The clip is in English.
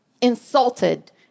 insulted